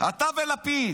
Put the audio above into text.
אתה ולפיד,